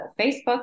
Facebook